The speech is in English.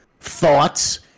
thoughts